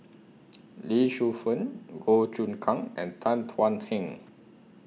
Lee Shu Fen Goh Choon Kang and Tan Thuan Heng